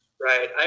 Right